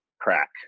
crack